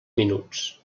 minuts